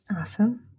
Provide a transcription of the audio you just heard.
Awesome